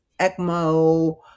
ecmo